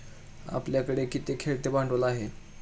आपल्याकडे किती खेळते भांडवल आहे?